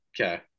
Okay